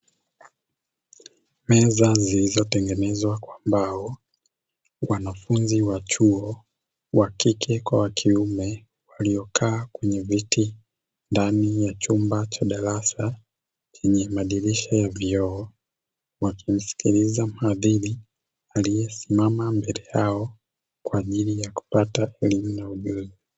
Meza zilizotengenezwa kwa mbao wanafunzi wa chuo wakike kwa wakiume waliokaa kwenye viti ndani ya chumba cha darasa chenye madirisha ya vioo wakimsikiliza muhadhiri aliyesimama mbele yao kwa ajili ya kupata elimu na ujuzi.